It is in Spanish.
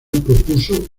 propuso